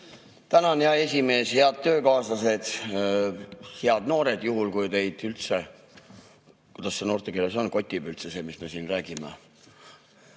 Tänan, hea esimees! Head töökaaslased! Head noored, juhul, kui teid üldse – kuidas see noortekeeles on? – kotib see, mis me siin räägime!